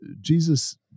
jesus